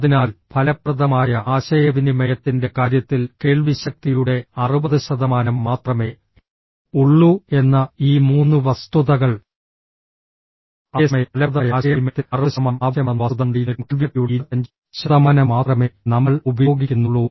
അതിനാൽ ഫലപ്രദമായ ആശയവിനിമയത്തിന്റെ കാര്യത്തിൽ കേൾവിശക്തിയുടെ 60 ശതമാനം മാത്രമേ ഉള്ളൂ എന്ന ഈ മൂന്ന് വസ്തുതകൾ അതേസമയം ഫലപ്രദമായ ആശയവിനിമയത്തിന് 60 ശതമാനം ആവശ്യമാണെന്ന വസ്തുത ഉണ്ടായിരുന്നിട്ടും കേൾവിശക്തിയുടെ 25 ശതമാനം മാത്രമേ നമ്മൾ ഉപയോഗിക്കുന്നുള്ളൂ